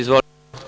Izvolite.